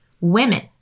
women